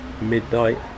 midnight